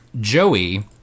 Joey